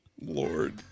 Lord